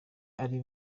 ari